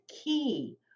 key